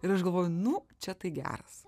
ir aš galvoju nu čia tai geras